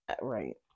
Right